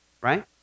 Right